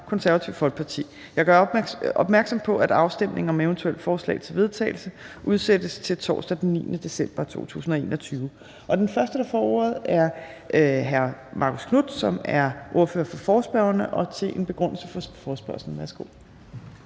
(Trine Torp): Jeg gør opmærksom på, at afstemning om eventuelle forslag til vedtagelse udsættes til torsdag den 9. december 2021. Den første, der får ordet, er hr. Marcus Knuth, som er ordfører for forslagsstillerne, og det er til en begrundelse for forespørgslen. Værsgo.